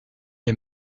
est